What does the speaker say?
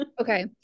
Okay